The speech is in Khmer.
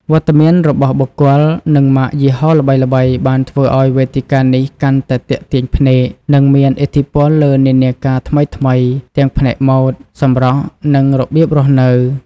វត្តមានរបស់បុគ្គល និងម៉ាកយីហោល្បីៗ បានធ្វើឱ្យវេទិកានេះកាន់តែទាក់ទាញភ្នែក និងមានឥទ្ធិពលលើនិន្នាការថ្មីៗ ទាំងផ្នែកម៉ូដ សម្រស់ និងរបៀបរស់នៅ។